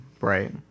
Right